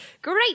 Great